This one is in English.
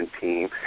team